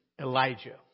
Elijah